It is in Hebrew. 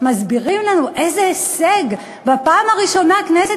מסבירים לנו איזה הישג: בפעם הראשונה כנסת